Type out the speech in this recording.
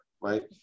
right